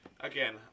Again